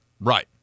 Right